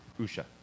Usha